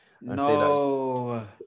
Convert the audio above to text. No